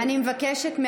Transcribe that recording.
אני מבקשת,